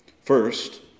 First